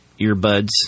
earbuds